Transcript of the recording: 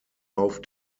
auf